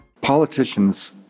Politicians